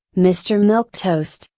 mister milquetoast,